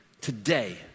today